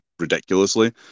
Ridiculously